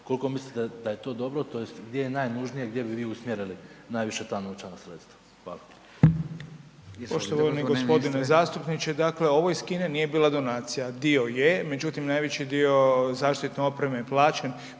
kolko mislite da je to dobro tj. gdje je najnužnije, gdje bi vi usmjerili najviše ta novčana sredstva? Hvala. **Beroš, Vili (HDZ)** Poštovani g. zastupniče, dakle ovo iz Kine nije bila donacija, dio je, međutim najveći dio zaštitne opreme je plaćen,